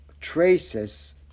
traces